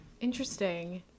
Interesting